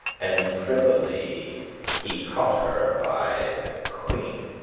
and privily he caught her by the queint,